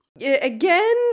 Again